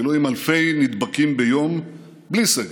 אפילו עם אלפי נדבקים ביום, בלי סגר.